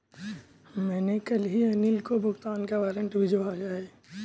मैंने कल ही अनिल को भुगतान का वारंट भिजवाया है